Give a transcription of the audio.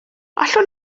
allwn